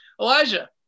Elijah